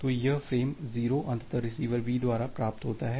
तो यह फ्रेम 0 अंततः रिसीवर B द्वारा प्राप्त होता है